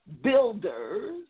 builders